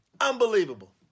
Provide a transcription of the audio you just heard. Unbelievable